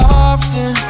often